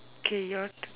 okay your turn